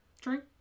drink